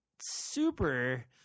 super